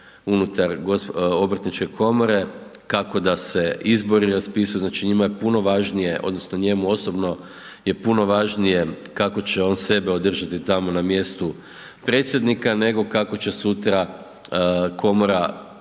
unutar obrtničke komore, kako da se izbori raspisuju. Znači njima je puno važnije, odnosno njemu osobno je puno važnije kako će on sebe održati tamo na mjestu predsjednika nego kako će sutra komora bolje